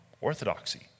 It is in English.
orthodoxy